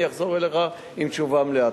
אני אחזור אליך עם תשובה מלאה.